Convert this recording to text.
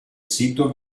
sito